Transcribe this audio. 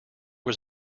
was